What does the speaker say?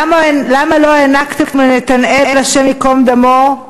למה לא הענקתם לנתנאל, השם ייקום דמו,